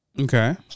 Okay